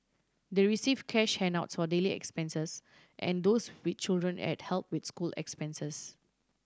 they receive cash handouts for daily expenses and those with children had help with school expenses